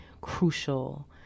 crucial